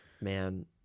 Man